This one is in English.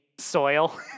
soil